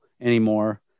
anymore